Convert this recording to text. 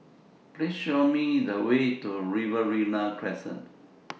Please Show Me The Way to Riverina Crescent